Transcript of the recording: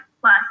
plus